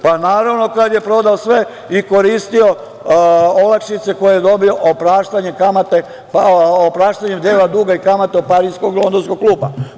Pa, naravno, kada je prodao sve i koristio olakšice koje je dobio, opraštanje kamate, pa opraštanje dela duga i kamate od pariskog i londonskog kluba.